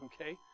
okay